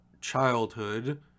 childhood